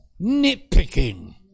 nitpicking